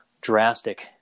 drastic